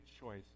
choice